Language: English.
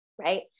right